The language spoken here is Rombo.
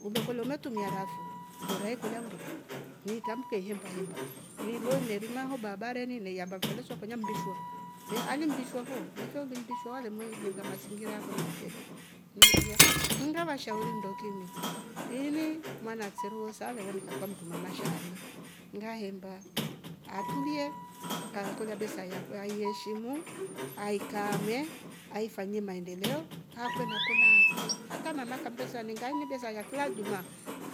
Ulokulo metumia rafo bora ye kulia undufo ni tamke himba hemba nilo nnelima haubabareni neyamba mfunizo konya mndishwa ehh ali mdishwa vo nifolu mdishwale mweulu mjenga mazingira fo namfyele niulolia mndova shauri ndokirne ini mwana akseluo sala wonika kwa mdu mama shaana ngahemba atulie kaakolia besa ya yaiheshimu aikame aifanye maendelo akwe na kola kawe hata mama kambeza ningaine beza ya kila ijuma